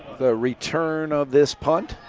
the return of this punt.